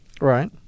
Right